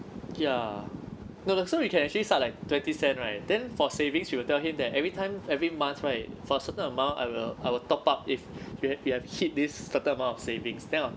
ya no so we can actually start like twenty-cent right then for savings you will tell him that every time every month right for a certain amount I will I will top up if you have you have hit this certain amount of savings then I'll